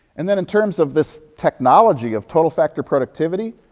and then, in terms of this technology, of total factor productivity,